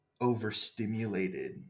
overstimulated